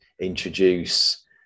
introduce